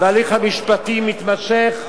וההליך המשפטי מתמשך,